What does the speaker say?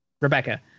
Rebecca